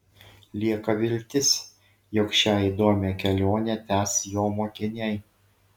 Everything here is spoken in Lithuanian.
lieka viltis jog šią įdomią kelionę tęs jo mokiniai